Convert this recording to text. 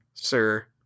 Sir